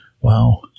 Wow